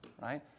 Right